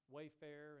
Wayfair